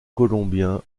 colombien